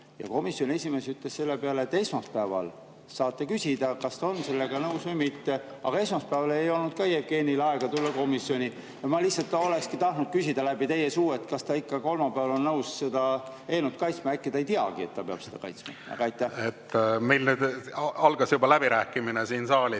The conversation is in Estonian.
Komisjoni esimees ütles selle peale, et esmaspäeval saate küsida, kas ta on sellega nõus või mitte. Aga ka esmaspäeval ei olnud Jevgenil aega komisjoni tulla. Ma lihtsalt olekski tahtnud küsida teie suu kaudu, kas ta kolmapäeval ikka on nõus seda eelnõu kaitsma. Äkki ta ei teagi, et ta peab seda kaitsma. Meil nüüd algas juba läbirääkimine siin saalis.